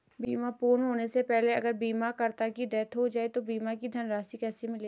बीमा पूर्ण होने से पहले अगर बीमा करता की डेथ हो जाए तो बीमा की धनराशि किसे मिलेगी?